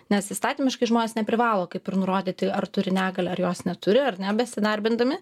nes įstatymiškai žmonės neprivalo kaip ir nurodyti ar turi negalią ar jos neturi ar ne besidarbindami